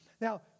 Now